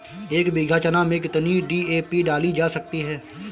एक बीघा चना में कितनी डी.ए.पी डाली जा सकती है?